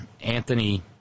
Anthony